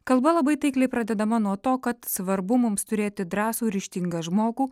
kalba labai taikliai pradedama nuo to kad svarbu mums turėti drąsų ir ryžtingą žmogų